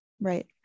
Right